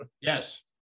Yes